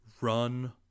run